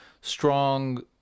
strong